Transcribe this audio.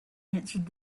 answered